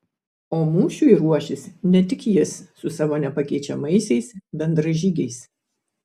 o mūšiui ruošis ne tik jis su savo nepakeičiamaisiais bendražygiais